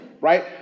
Right